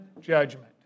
judgment